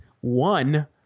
one